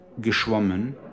geschwommen